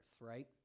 right